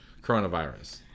coronavirus